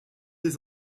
les